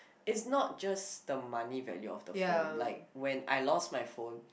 it's not just the money value of the phone like when I lost my phone